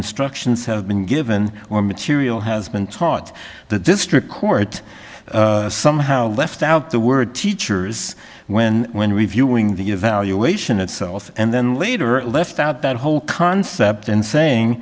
instructions have been given or material has been taught the district court somehow left out the word teachers when when reviewing the evaluation itself and then later left out that whole concept and saying